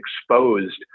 exposed